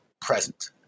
present